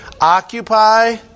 Occupy